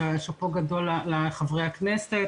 שאפו גדול לחברי הכנסת